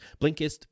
Blinkist